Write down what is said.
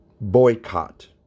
boycott